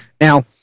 Now